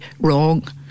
wrong